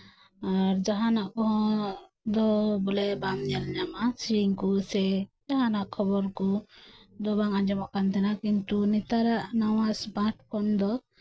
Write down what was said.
ᱟᱨ ᱡᱟᱦᱟᱸᱱᱟᱜ ᱠᱚᱫᱚ ᱵᱚᱞᱮ ᱵᱟᱢ ᱧᱮᱞ ᱧᱟᱢᱟ ᱥᱮᱨᱮᱧ ᱠᱚ ᱥᱮ ᱡᱟᱦᱟᱸᱱᱟᱜ ᱠᱷᱚᱵᱚᱨ ᱠᱚ ᱫᱚ ᱵᱟᱝ ᱟᱸᱡᱚᱢᱚᱜ ᱠᱟᱱ ᱛᱟᱦᱮᱸᱱᱟ ᱠᱤᱱᱛᱩ ᱱᱮᱛᱟᱨᱟᱜ ᱱᱚᱣᱟ ᱥᱢᱟᱨᱴ ᱯᱷᱳᱱ ᱫᱚ